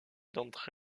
d’entre